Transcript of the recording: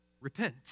repent